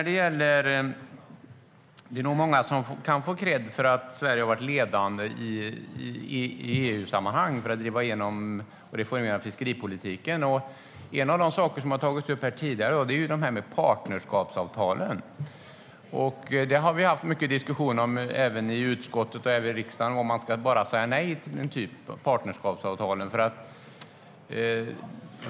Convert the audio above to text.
Det är nog många som kan få kredd för att Sverige har varit ledande i EU-sammanhang för att reformera fiskeripolitiken. En av de saker som tagits upp här tidigare är partnerskapsavtalen. Vi har haft mycket diskussion i utskottet och riksdagen om huruvida man ska säga nej till partnerskapsavtalen.